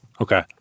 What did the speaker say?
Okay